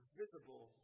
visible